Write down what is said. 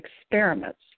experiments